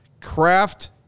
craft